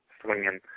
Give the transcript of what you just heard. swinging